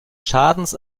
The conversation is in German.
schadens